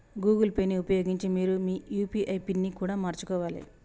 Google Pay ని ఉపయోగించి మీరు మీ యూ.పీ.ఐ పిన్ని కూడా మార్చుకోవాలే